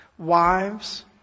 Wives